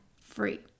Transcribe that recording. free